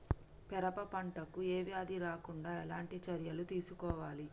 పెరప పంట కు ఏ వ్యాధి రాకుండా ఎలాంటి చర్యలు తీసుకోవాలి?